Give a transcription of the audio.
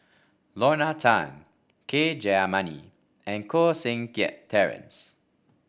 Lorna Tan K Jayamani and Koh Seng Kiat Terence